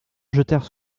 jetèrent